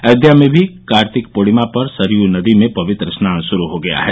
अयोध्या में भी कार्तिक पूर्णिमा पर सरयू नदी में पवित्र स्नान शुरू हो गया है